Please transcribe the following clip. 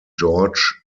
george